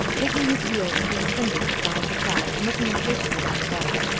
digging his heels into the cinders that lined the track, and looking impatiently down the road.